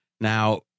Now